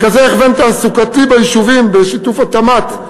מרכזי הכוון תעסוקתי ביישובים בשיתוף התמ"ת,